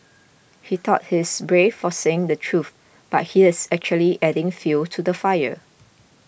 he thought he's brave for saying the truth but he's actually adding fuel to the fire